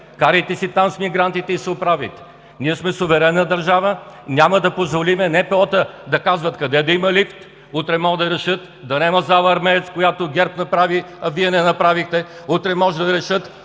карайте си там с мигрантите и се оправяйте! Ние сме суверенна държава – няма да позволим НПО-та да казват къде да има лифт! Утре може да решат да няма зала „Армеец“, която ГЕРБ направи, а Вие не направихте! Утре може да решат